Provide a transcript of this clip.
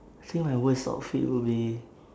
so my worst outfit will be